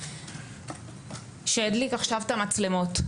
שידליק עכשיו את המצלמות: